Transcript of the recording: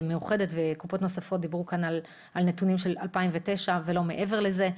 מאוחדת וקופות נוספות דיברו כאן על נתונים של 2009 ולא מעבר לזה.